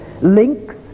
links